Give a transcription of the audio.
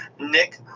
Nick